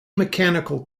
mechanical